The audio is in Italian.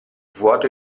vuoto